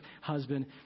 husband